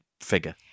figure